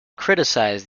criticized